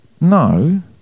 No